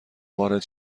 وارد